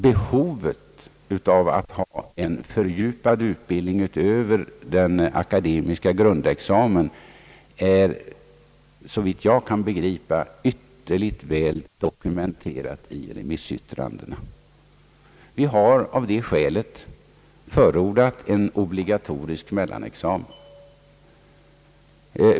Behovet av en fördjupad utbildning utöver den akademiska grundexamen är såvitt jag kan begripa ytterligt väl dokumenterat i remissyttrandena, Vi har av detta och flera andra skäl förordat en obligatorisk mellanexamen.